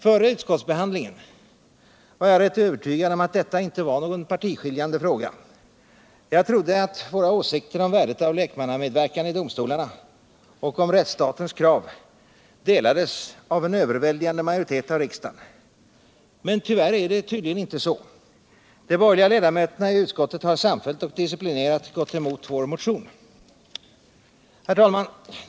Före utskottsbehandlingen var jag rätt övertygad om att detta inte var någon partiskiljande fråga. Jag trodde att våra åsikter om värdet av lekmannamedverkan i domstolarna och om rättsstatens krav delades av en överväldigande majoritet av riksdagen. Men tyvärr är det tydligen inte så. De borgerliga ledamöterna i utskottet har sam fällt och disciplinerat gått emot vår motion. Herr talman!